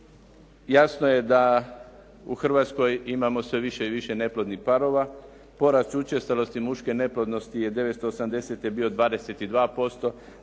Jasno je da u Hrvatskoj imamo sve više i više neplodnih parova. Porast učestalosti muške neplodnosti 1980. bio 22%.